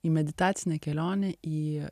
į meditacinę kelionę į